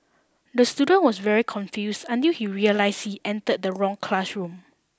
the student was very confused until he realised he entered the wrong classroom